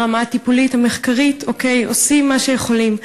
ברמה הטיפולית, המחקרית, אוקיי, עושים מה שיכולים.